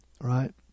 right